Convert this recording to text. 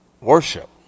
worship